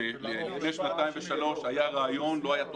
לפני שנתיים ושלוש היה רעיון, לא הייתה תוכנית.